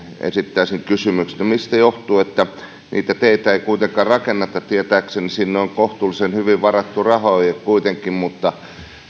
esittäisin kysymyksen mistä johtuu että niitä teitä ei kuitenkaan rakenneta tietääkseni sinne on kohtuullisen hyvin varattu rahoja kuitenkin mutta